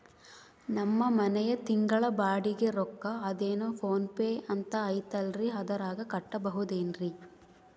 ನಮ್ಮ ಮನೆಯ ತಿಂಗಳ ಬಾಡಿಗೆ ರೊಕ್ಕ ಅದೇನೋ ಪೋನ್ ಪೇ ಅಂತಾ ಐತಲ್ರೇ ಅದರಾಗ ಕಟ್ಟಬಹುದೇನ್ರಿ?